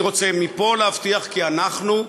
אני רוצה מפה להבטיח כי אנחנו,